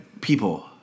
people